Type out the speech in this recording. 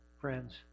Friends